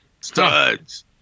Studs